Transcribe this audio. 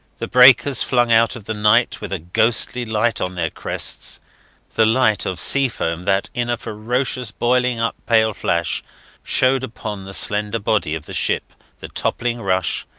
the breakers flung out of the night with a ghostly light on their crests the light of sea-foam that in a ferocious, boiling-up pale flash showed upon the slender body of the ship the toppling rush,